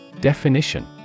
Definition